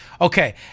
Okay